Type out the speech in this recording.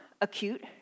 acute